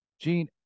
Gene